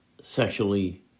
sexually